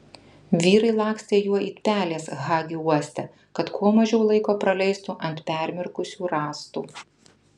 vyrai lakstė juo it pelės hagi uoste kad kuo mažiau laiko praleistų ant permirkusių rąstų